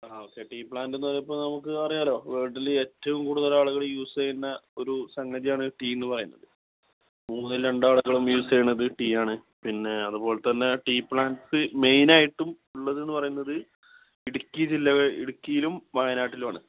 ആ okay tea plant എന്ന് പറയുമ്പം നമുക്ക് അറിയാമല്ലോ വേൾഡിൽ എറ്റവും കൂടുതൽ ആളുകൽ യൂസ് ചെയ്യുന്ന ഒരു സംഗതിയാണ് ടീ എന്ന് പറയുന്നത് മൂന്നിൽ രണ്ടാളുകളും യൂസ് ചെയ്യുന്നത് ടീയാണ് പിന്നെ അതുപോലെത്തന്നെ ടി പ്ലാൻസ് മെയ്ൻ ആയിട്ടും ഉള്ളത് എന്ന് പറയുന്നത് ഇടുക്കി ഇടുക്കിയിലും വയനാട്ടിലുമാണ്